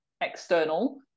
external